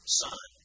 son